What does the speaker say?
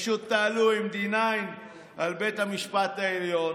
פשוט תעלו עם 9D על בית המשפט העליון,